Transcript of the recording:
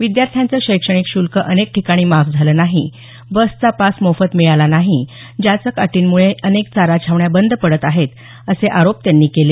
विद्यार्थ्यांचं शैक्षणिक शुल्क अनेक ठिकाणी माफ झालं नाही बसचा पास मोफत मिळाला नाही जाचक अटींमुळे अनेक चारा छावण्या बंद पडत आहेत असे आरोप त्यांनी केले